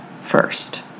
first